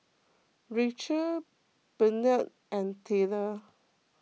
Rachael Bennett and Tyler